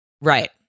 right